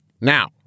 now